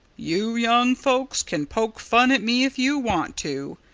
you young folks can poke fun at me if you want to,